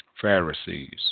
Pharisees